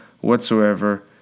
whatsoever